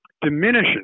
diminishes